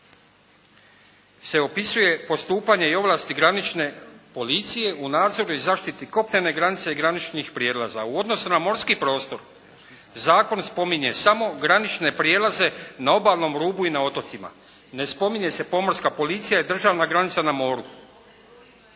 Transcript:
se opisuje postupanje i ovlasti granične policije u nadzoru i zaštiti kopnene granice i graničnih prijenosa. U odnosu na morski prostor zakon spominje samo granične prijelaze na obalnom rubu i na otocima. Ne spominje se pomorska policija i državna granica na moru.